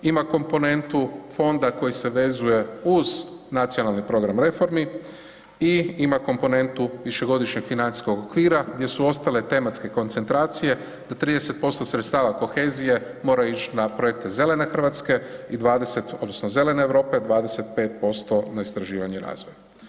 Ima komponentu fonda koji se vezuje uz nacionalni program reformi i ima komponentu višegodišnjeg financijskog okvira gdje su ostale tematske koncentracije do 30% sredstava kohezije moraju ići na projekte zelene Hrvatske i 20 odnosno zelene Europe, 25% na istraživanje i razvoj.